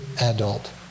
adult